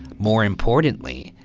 more importantly,